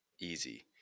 easy